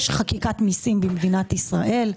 ישנה חקיקת מיסים במדינת ישראל.